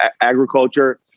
agriculture